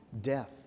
death